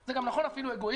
זה גם נכון אגואיסטית.